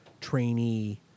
trainee